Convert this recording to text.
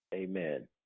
Amen